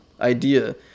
idea